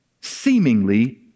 seemingly